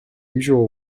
usual